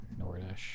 Nordish